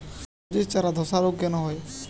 সবজির চারা ধ্বসা রোগ কেন হয়?